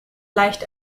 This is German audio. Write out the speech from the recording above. leicht